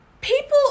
People